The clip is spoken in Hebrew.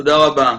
תודה רבה.